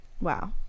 wow